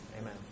Amen